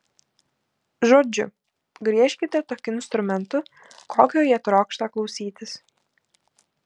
žodžiu griežkite tokiu instrumentu kokio jie trokšta klausytis